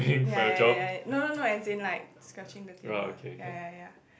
ya ya ya ya no no no as in like scratching the table ya ya ya